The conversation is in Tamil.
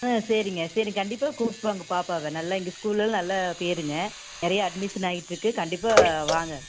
ஆ சரிங்க சரி கண்டிப்பாக கூப்பிட்டு வாங்க பாப்பாவை நல்லா எங்கள் ஸ்கூல்லாம் நல்ல பேருங்க நிறைய அட்மிஷன் ஆகிட்ருக்கு கண்டிப்பாக வாங்க